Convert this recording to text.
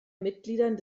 mitgliedern